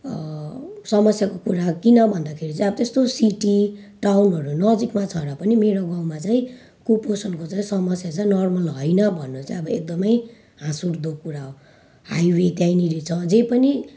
समस्याको कुरा किन भन्दाखेरि चाहिँ अब त्यस्तो सिटी टाउनहरू नजिकमा छ र पनि मेरो गाउँमा चाहिँ कुपोषणको चाहिँ समस्या चाहिँ नर्मल होइन भन्नु चाहिँ अब एकदमै हाँसउठ्दो कुरा हो हाइवे त्यहीँनिर छ जे पनि